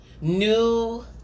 New